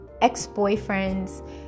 ex-boyfriends